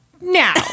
now